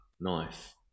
knife